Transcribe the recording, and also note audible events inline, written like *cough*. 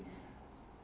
*breath*